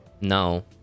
No